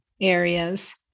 areas